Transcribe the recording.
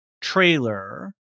trailer